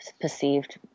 perceived